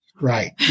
Right